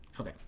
Okay